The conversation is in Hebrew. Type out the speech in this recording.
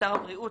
ושר הבריאות,